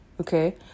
okay